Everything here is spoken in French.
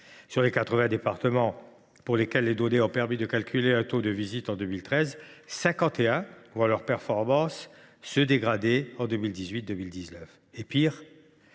Sur les 80 départements pour lesquels les données ont permis de calculer un taux de visite en 2013, quelque 51 voient leur performance se dégrader en 2018 2019. Pis,